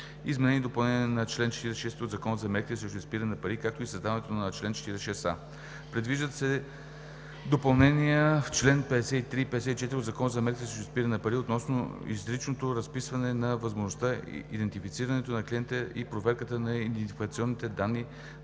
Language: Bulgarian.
изменение и допълнение на чл. 46 от Закона за мерките срещу изпирането на пари, както и създаването на чл. 46а. Предвиждат се допълнения в членове 53 и 54 от Закона за мерките срещу изпирането на пари относно изричното разписване на възможността идентифицирането на клиента и проверката на идентификационните данни